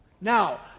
Now